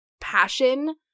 passion